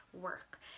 work